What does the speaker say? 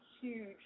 huge